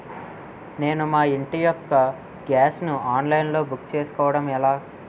నేను మా ఇంటి యెక్క గ్యాస్ ను ఆన్లైన్ లో బుక్ చేసుకోవడం ఎలా?